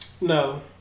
No